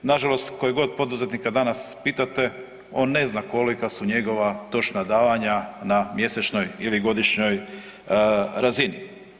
Na žalost kojega god poduzetnika danas pitate on ne zna kolika su njegova točna davanja na mjesečnoj ili godišnjoj razini.